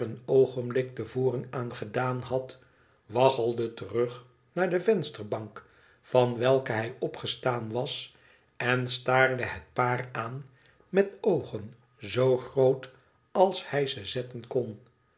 oogenblik te voren aan gedaan had waggelde terug naar de vensterbank van welke hij opgestaan was en staarde het paar aan met oogen zoo groot als hij ze zetten kon